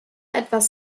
etwas